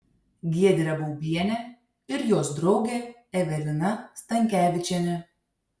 giedrė baubienė ir jos draugė evelina stankevičienė